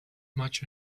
much